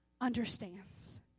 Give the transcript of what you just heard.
understands